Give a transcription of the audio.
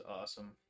awesome